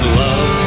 love